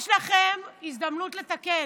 יש לכם הזדמנות לתקן.